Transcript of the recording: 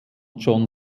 john